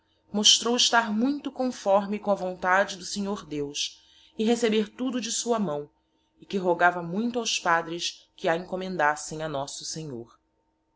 mostrou estar muito conforme com a vontade do senhor deos e receber tudo de sua maõ e que rogava muito aos padres que a encomendassem a nosso senhor